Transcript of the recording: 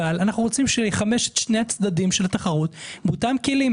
אבל אנחנו רוצים שהוא יחמש את שני הצדדים של התחרות באותם כלים.